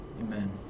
amen